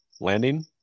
landing